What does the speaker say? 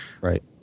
right